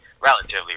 relatively